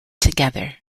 together